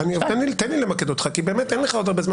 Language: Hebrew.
תן לי למקד אותך כי באמת אין לך עוד הרבה זמן